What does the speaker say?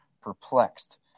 perplexed